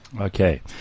Okay